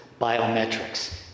biometrics